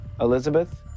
Elizabeth